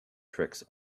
tricks